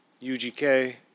UGK